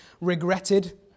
regretted